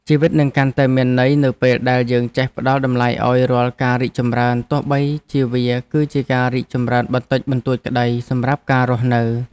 ជីវិតនឹងកាន់តែមានន័យនៅពេលដែលយើងចេះផ្ដល់តម្លៃឱ្យរាល់ការរីកចម្រើនទោះបីជាវាគឺជាការរីកចម្រើនបន្តិចបន្តួចក្តីសម្រាប់ការរស់នៅ។